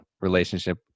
relationship